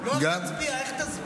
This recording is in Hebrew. לא איך תצביע, איך תסביר.